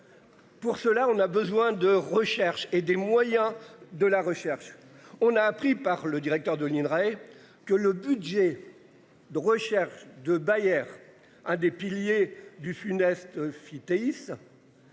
Pour cela on a besoin de recherche et des moyens de la recherche. On a appris par le directeur de l'INRA et que le budget. De recherche de Bayer, un des piliers du funeste fit